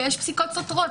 ויש פסיקות סותרות.